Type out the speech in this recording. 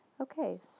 Okay